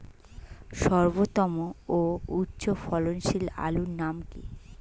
সর্বোত্তম ও উচ্চ ফলনশীল আলুর নাম কি?